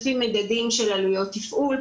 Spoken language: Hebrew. לפי מדדים של עלויות תפעול,